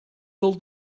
del